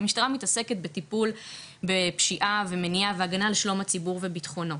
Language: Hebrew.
המשטרה מתעסקת בטיפול בפשיעה ומניעה והגנה על שלום הציבור ובטחונו